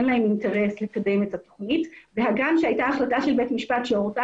אין להם אינטרס לקדם את התוכנית והגם שהייתה החלטה של בית משפט שהורתה